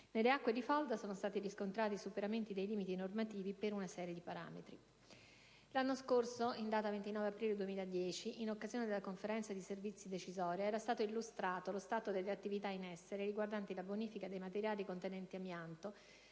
Nelle acque di falda sono stati riscontrati superamenti dei limiti normativi per una serie di parametri. L'anno scorso, in data 29 aprile 2010, in occasione della Conferenza dei servizi decisoria, era stato illustrato lo stato delle attività in essere, riguardanti la bonifica dei materiali contenenti amianto,